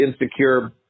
insecure